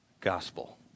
gospel